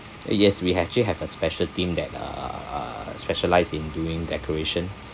yes we actually have a special team that err specialised in doing decoration